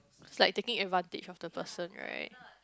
it's like taking advantage of the person right